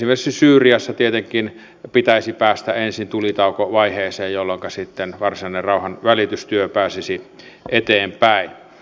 esimerkiksi syyriassa tietenkin pitäisi päästä ensin tulitaukovaiheeseen jolloinka sitten varsinainen rauhanvälitystyö pääsisi eteenpäin